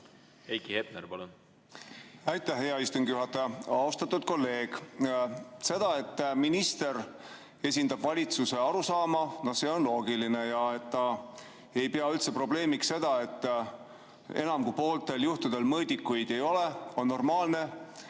Heiki Hepner, palun! Aitäh, hea istungi juhataja! Austatud kolleeg! See, et minister esindab valitsuse arusaama, on loogiline. See, et ta ei pea üldse probleemiks seda, et enam kui pooltel juhtudel mõõdikuid ei ole, enam nii normaalne